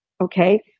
okay